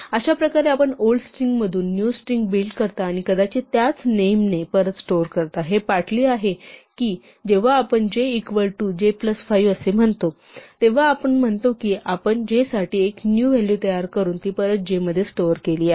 अशाप्रकारे आपण ओल्ड स्ट्रिंगमधून एक न्यू स्ट्रिंग बिल्ड करतो आणि कदाचित त्याच नेम ने परत स्टोअर करतो हे पार्टली असे आहे की जेव्हा आपण j equal to j plus 5 असे म्हणतो तेव्हा आपण असे म्हणतो की आपण j साठी एक न्यू व्हॅलू तयार करून ती परत j मध्ये स्टोअर केली आहे